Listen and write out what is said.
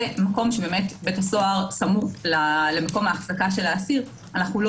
ומקום שבית הסוהר סמוך למקום ההחזקה של האסיר אנו לא